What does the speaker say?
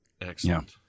Excellent